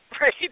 right